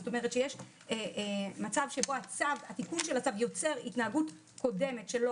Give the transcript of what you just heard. זאת אומרת שיש מצב שבו התיקון של הצו יוצר התנהגות קודמת שלא